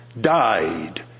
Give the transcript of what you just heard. died